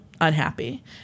unhappy